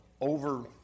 over